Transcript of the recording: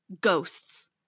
ghosts